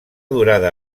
durada